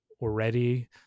already